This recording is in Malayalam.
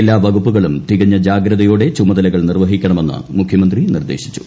എല്ലാ വകുപ്പുകളും തികഞ്ഞ ജാഗ്രതയോടെ ചുമതലകൾ നിർവഹിക്കണമെന്ന് മുഖ്യമന്ത്രി നിർദ്ദേശിച്ചു